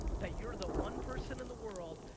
that you're the one person in the world,